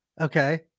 Okay